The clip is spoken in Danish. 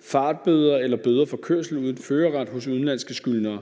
fartbøder eller bøder for kørsel uden førerret hos udenlandske skyldnere.